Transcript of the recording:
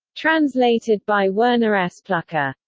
translated by werner s. pluhar.